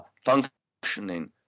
functioning